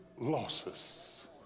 losses